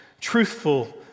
truthful